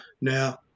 Now